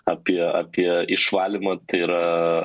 apie apie išvalymą tai yra